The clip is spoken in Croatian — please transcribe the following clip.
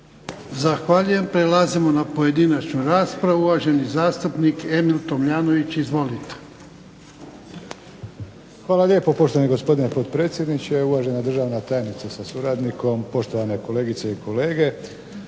Zahvaljujem. Prelazimo na pojedinačnu raspravu. Uvaženi zastupnik Emil Tomljanović. Izvolite. **Tomljanović, Emil (HDZ)** Hvala lijepo poštovani gospodine potpredsjedniče, uvažena državna tajnice sa suradnikom, poštovane kolegice i kolege.